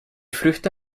früchte